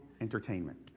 entertainment